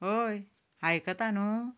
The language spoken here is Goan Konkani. हय आयकता न्हय